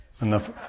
enough